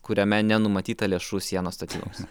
kuriame nenumatyta lėšų sienos statyboms